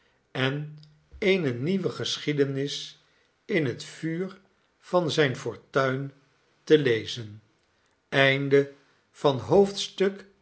en eene nieuwe geschiedenis in het vuur van zijn fortuin te lezen